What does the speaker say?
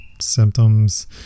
symptoms